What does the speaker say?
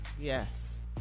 Yes